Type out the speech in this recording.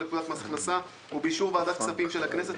לפקודת מס הכנסה ובאישור ועדת הכספים של הכנסת,